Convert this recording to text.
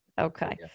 Okay